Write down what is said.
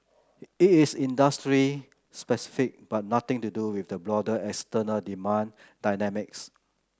it is industry specific but nothing to do with the broader external demand dynamics